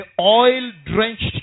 oil-drenched